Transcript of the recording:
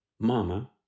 Mama